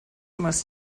most